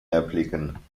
erblicken